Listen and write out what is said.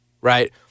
right